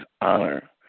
honor